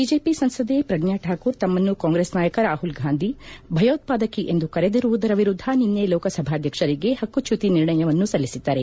BJP ಸಂಸದೆ ಪ್ರಜ್ಲಾ ಾಕೂರ್ ತಮ್ನನ್ನು ಕಾಂಗ್ರೆಸ್ ನಾಯಕ ರಾಹುಲ್ ಗಾಂಧಿ ಭಯೋತ್ವಾದಕಿ ಎಂದು ಕರೆದಿರುವುದರ ವಿರುದ್ದ ನಿನ್ನೆ ಲೋಕಸಭಾಧ್ಯಕ್ಷರಿಗೆ ಹಕ್ಕುಚ್ಚುತಿ ನಿರ್ಣಯವನ್ನು ಸಲ್ಲಿಸಿದ್ದಾರೆ